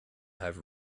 have